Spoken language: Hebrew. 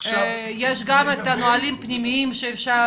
יש גם את הנהלים הפנימיים שאפשר